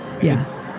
Yes